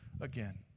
again